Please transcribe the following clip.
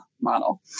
model